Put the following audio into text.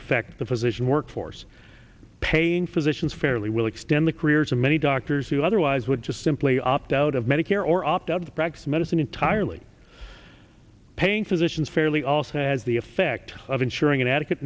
affect the physician workforce paying physicians fairly will extend the careers of many doctors who otherwise would just simply opt out of medicare or opt out of the practice medicine entirely paying physicians fairly also has the effect of ensuring an ad